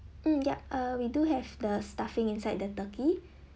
mm yup uh we do have the stuffing inside the turkey